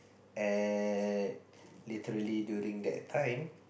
and literally during that time